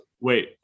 Wait